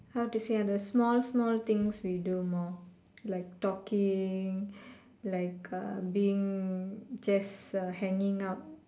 how to say ah the small small things we do more like talking like being uh just hanging out